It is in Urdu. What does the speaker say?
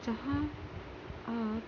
جہاں آپ